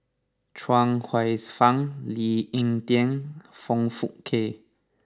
Chuang Hsueh Fang Lee Ek Tieng Foong Fook Kay